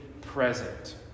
present